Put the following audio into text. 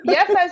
Yes